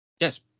Yes